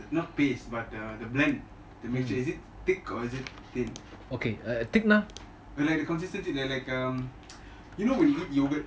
you know pace but uh the blend the mixture is it thick or is it thin like the consistency you know when you eat yoghurt